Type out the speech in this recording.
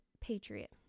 patriot